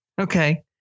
Okay